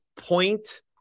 point